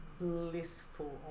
blissful